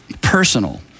personal